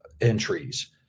entries